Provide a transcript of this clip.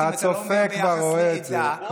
הצופה כבר רואה את זה.